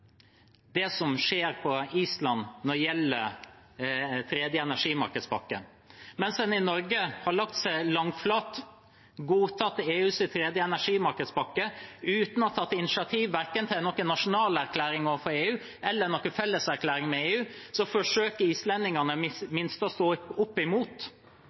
det som skjer på Island når det gjelder EUs tredje energimarkedspakke. Mens en i Norge har lagt seg langflat og godtatt EUs tredje energimarkedspakke uten å ha tatt initiativ til verken en nasjonal erklæring overfor EU eller en felleserklæring med EU, forsøker islendingene